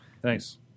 thanks